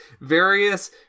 various